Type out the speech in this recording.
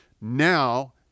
Now